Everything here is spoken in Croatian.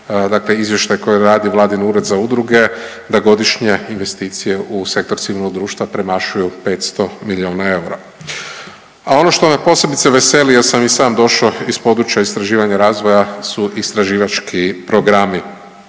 dakle izvještaj koji radi Vladin ured za udruge da godišnje investicije u Sektor civilnog društva premašuju 500 milijuna eura. A ono što me posebice veseli jer sam i sam došao iz područja istraživanja i razvoja su istraživački programi